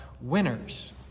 winners